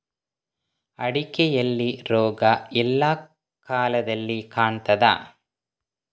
ಅಡಿಕೆಯಲ್ಲಿ ರೋಗ ಎಲ್ಲಾ ಕಾಲದಲ್ಲಿ ಕಾಣ್ತದ?